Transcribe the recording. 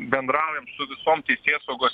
bendraujam su visom teisėsaugos